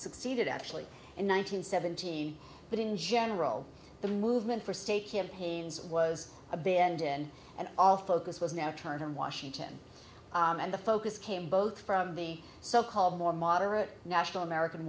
succeeded actually in one nine hundred seventy but in general the movement for state campaigns was abandoned and all focus was now turned in washington and the focus came both from the so called more moderate national american